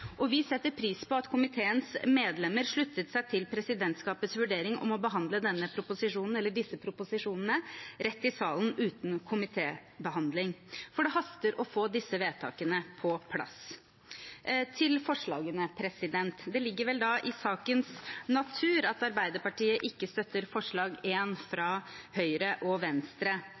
og vi setter pris på at komiteens medlemmer sluttet seg til presidentskapets vurdering om å behandle disse proposisjonene rett i salen, uten komitébehandling, for det haster å få disse vedtakene på plass. Til forslagene: Det ligger i sakens natur at Arbeiderpartiet ikke støtter forslag nr. 1, fra Høyre og Venstre.